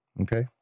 Okay